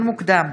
מוקדם,